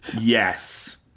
Yes